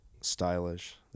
stylish